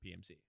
PMC